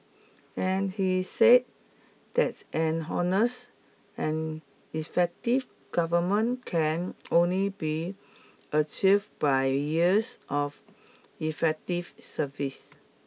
and he said that an honest and effective government can only be achieved by years of effective service